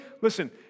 listen